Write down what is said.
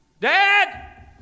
Dad